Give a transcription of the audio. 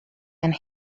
and